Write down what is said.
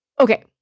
okay